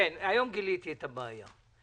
היום גיליתי את הבעיה.